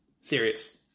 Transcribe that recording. serious